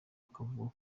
akavuga